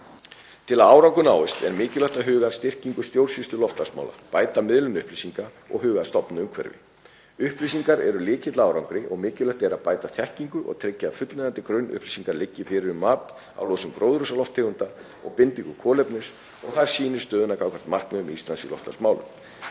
Til að árangur náist er mikilvægt að huga að styrkingu stjórnsýslu loftslagsmála, bæta miðlun upplýsinga og huga að stofnanaumhverfi. Upplýsingar eru lykill að árangri og mikilvægt er að bæta þekkingu og tryggja að fullnægjandi grunnupplýsingar liggi fyrir um mat á losun gróðurhúsalofttegunda og bindingu kolefnis og að það sýni stöðuna gagnvart markmiðum Íslands í loftslagsmálum.